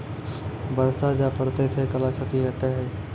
बरसा जा पढ़ते थे कला क्षति हेतै है?